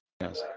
yes